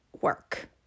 work